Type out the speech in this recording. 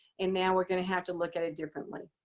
and now we're going to have to look at it differently.